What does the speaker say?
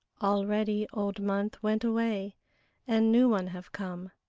already old month went away and new one have come.